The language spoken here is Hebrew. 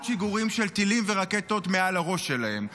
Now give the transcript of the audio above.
שיגורים של טילים ורקטות מעל הראש שלהם.